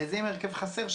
וזה עם הרכב חסר.